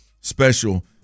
special